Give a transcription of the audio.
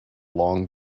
long